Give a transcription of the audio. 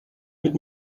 mit